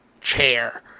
chair